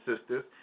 sisters